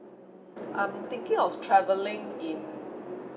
I'm thinking of travelling in